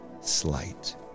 slight